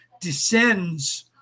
descends